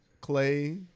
Clay